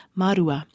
marua